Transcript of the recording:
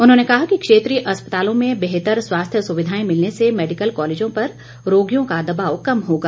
उन्होंने कहा कि क्षेत्रीय अस्पतालों में बेहतर स्वास्थ्य सुविधाएं मिलने से मैडिकल कॉलेजों पर रोगियों का दबाव कम होगा